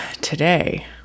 today